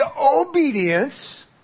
obedience